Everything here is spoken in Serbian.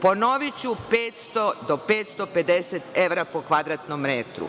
Ponoviću od 500 do 550 evra po kvadratnom metru.